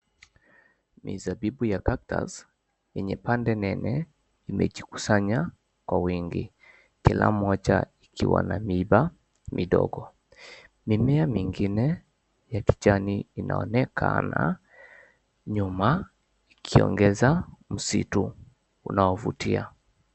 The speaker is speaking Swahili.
Mizabibu ya cactus , yenye pande nene, imejikusanya kwa wingi kila moja ikiwa na miba midogo. Mimea mingine ya kijani inaonekana nyuma, ikiongeza msitu unaovutia.